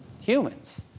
humans